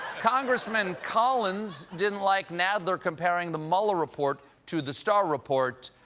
congressman collins didn't like nadler comparing the mueller report to the starr report.